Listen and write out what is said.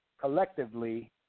collectively